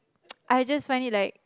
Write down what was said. I just find it like